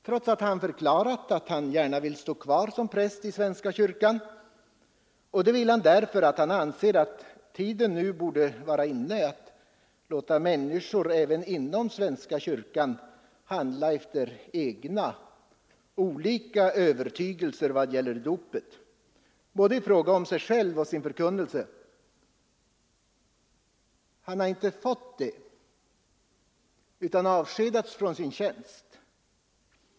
Trots att han förklarat att han gärna vill stå kvar som präst i svenska kyrkan — och det vill han därför att han anser att tiden nu borde vara inne att låta människor även inom svenska kyrkan handla efter egna, olika övertygelser vad gäller dopet, både i fråga om sig själva och sin förkunnelse — har han inte fått göra det, utan han har avskedats från sin tjänst.